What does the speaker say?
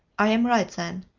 i am right, then.